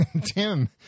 Tim